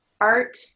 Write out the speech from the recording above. art